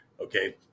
okay